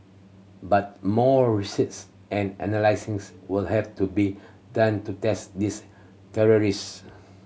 but more research and analysis would have to be done to test these theories